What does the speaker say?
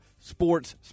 sports